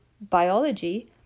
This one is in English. biology